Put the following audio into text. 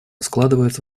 складывается